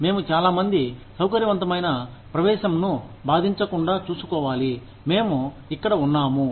మేము చాలా మంది సౌకర్యవంతమైన ప్రవేశంను బాధించకుండా చూసుకోవాలి మేము ఇక్కడ ఉన్నాము